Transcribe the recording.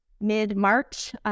mid-March